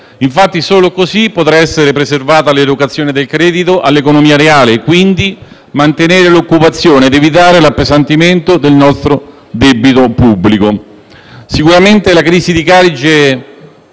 Infatti, solo così potrà essere preservata l'erogazione del credito all'economia reale e, quindi, mantenere l'occupazione ed evitare l'appesantimento del nostro debito pubblico. Sicuramente, come abbiamo